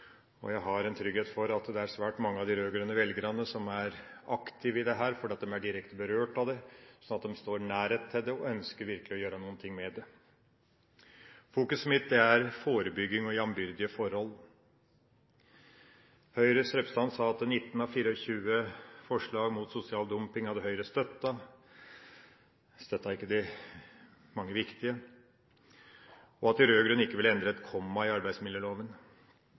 Jeg har en trygghet for at det er svært mange av de rød-grønne velgerne som er aktive i dette fordi de er direkte berørt av det – de står i nærhet til det og ønsker virkelig å gjøre noe med det. Fokuset mitt er forebygging og jambyrdige forhold. Høyres representant sa at 19 av 24 forslag mot sosial dumping hadde Høyre støttet – de støttet ikke de mange viktige – og at de rød-grønne ikke ville endre et komma i arbeidsmiljøloven.